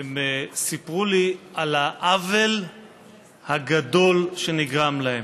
הם סיפרו לי על העוול הגדול שנגרם להם.